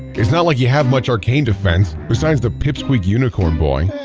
it's not like you have much arcane defense, besides the pipsqueak unicorn boy.